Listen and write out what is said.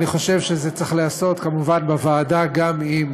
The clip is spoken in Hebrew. אני חושב שזה צריך להיעשות כמובן בוועדה גם עם